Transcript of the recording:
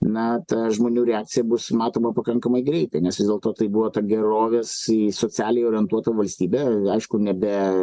na ta žmonių reakcija bus matoma pakankamai greitai nes vis dėlto tai buvo ta gerovės į socialiai orientuotą valstybę aišku ne be